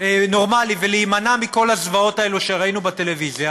נורמלי ולהימנע מכל הזוועות האלה שראינו בטלוויזיה,